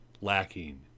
lacking